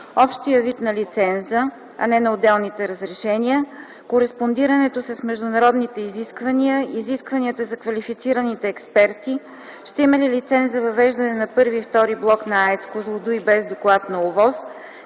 общия вид на лиценза, а не на отделни разрешения, кореспондирането с международните изисквания, изискванията за квалифицираните експерти, ще има ли лиценз за извеждане на първи и втори блок на АЕЦ „Козлодуй” без доклад за ОВОС,